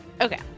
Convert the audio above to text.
okay